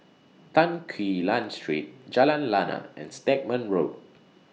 Tan Quee Lan Street Jalan Lana and Stagmont Road